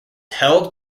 held